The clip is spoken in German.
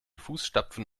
fußstapfen